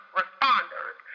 responders